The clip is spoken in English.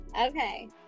Okay